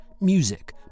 music